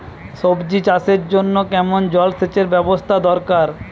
সবজি চাষের জন্য কেমন জলসেচের ব্যাবস্থা দরকার?